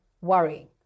worrying